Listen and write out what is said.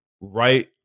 right